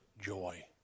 joy